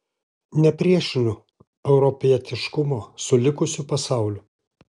nepriešinu europietiškumo su likusiu pasauliu